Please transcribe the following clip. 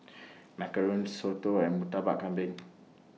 Macarons Soto and Murtabak Kambing